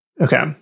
Okay